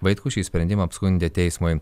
vaitkus šį sprendimą apskundė teismui